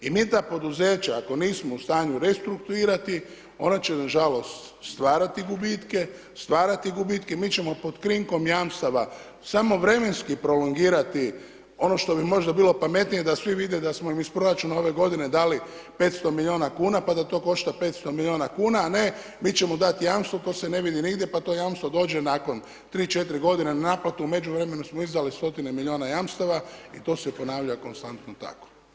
I mi ta poduzeća ako nismo u stanju restrukturirati, ona će nažalost stvarati gubitke, mi ćemo pod krinkom jamstava samo vremenski prolongirati ono što bi možda bilo pametnije da svi vide da smo iz proračuna ove godine dali 500 milijuna kuna, pa da to košta 500 milijuna kuna, a ne mi ćemo dati jamstvo, to se ne vidi nigdje, pa to jamstvo dođe nakon tri četiri godine na naplatu, u međuvremenu smo izdali stotine milijuna jamstava i to se ponavlja konstantno tako.